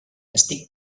estic